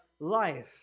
life